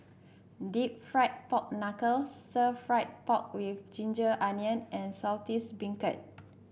deep fried Pork Knuckle stir fry pork with ginger onion and Saltish Beancurd